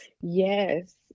Yes